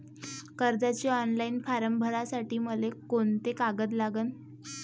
कर्जाचे online form भरासाठी मले कोंते कागद लागन?